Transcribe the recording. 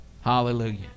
Hallelujah